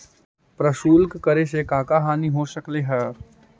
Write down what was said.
प्रशुल्क कर से का का हानि हो सकलई हे